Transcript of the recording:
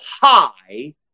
high